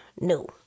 No